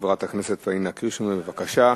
חברת הכנסת פניה קירשנבאום, בבקשה.